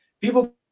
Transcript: People